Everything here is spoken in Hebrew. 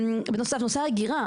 בנוסף, נושא האגירה.